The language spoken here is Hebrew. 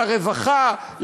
לרווחה,